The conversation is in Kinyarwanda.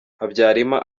habyarima